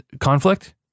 conflict